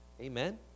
Amen